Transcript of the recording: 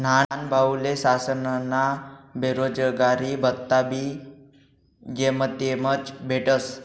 न्हानभाऊले शासनना बेरोजगारी भत्ताबी जेमतेमच भेटस